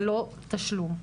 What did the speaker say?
ללא תשלום.